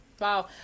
Wow